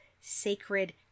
Sacred